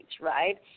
right